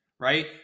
right